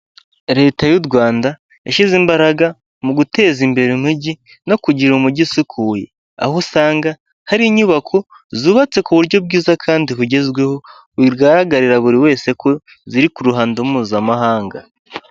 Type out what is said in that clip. Leta y'u Rwanda yashyize imbaraga, mu guteza imbere umujyi, no kugira umujyi usukuye, aho usanga hari inyubako zubatse ku buryo bwiza kandi bugezweho, bigaragarira buri wese ko ziri ku ruhando mpuzamahanga.